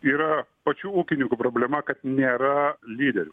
yra pačių ūkininkų problema kad nėra lyderių